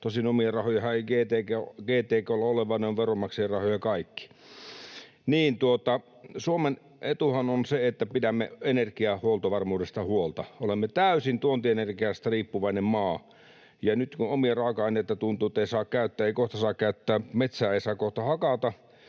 tosin omia rahojahan ei GTK:lla ole, vaan ne ovat veronmaksajien rahoja kaikki. Suomen etuhan on se, että pidämme energiahuoltovarmuudesta huolta. Olemme täysin tuontienergiasta riippuvainen maa, ja nyt kun tuntuu, että omia raaka-aineita ei saa käyttää, ei kohta saa käyttää metsää, sitä ei kohta saa